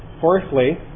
fourthly